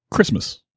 Christmas